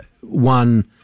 One